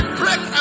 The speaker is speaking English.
break